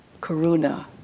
karuna